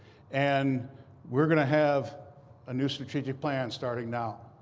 and we're going to have a new strategic plan starting now.